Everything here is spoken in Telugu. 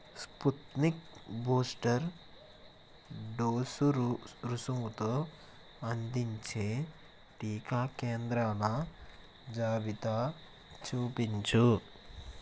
స్పుత్నిక్ బూస్టర్ డోసురు రుసుముతో అందించే టికా కేంద్రాల జాబితా చూపించు